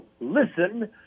listen